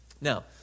Now